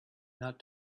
not